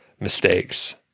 mistakes